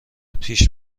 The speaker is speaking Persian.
پیش